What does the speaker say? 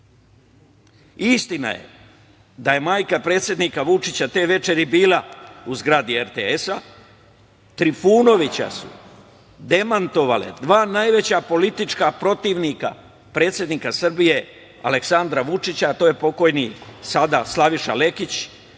je da je majka predsednika Vučića te večeri bila u zgradi RTS. Trifunovića su demantovala dva najveća politička protivnika predsednika Srbije, Aleksandra Vučića, a to je pokojni sada Slaviša Lekić,